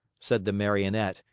said the marionette,